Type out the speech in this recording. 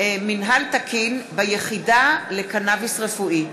מינהל תקין ביחידה לקנאביס רפואי.